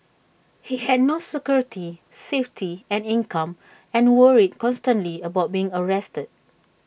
he had no security safety and income and worried constantly about being arrested